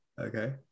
Okay